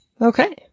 Okay